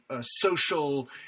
social